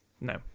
No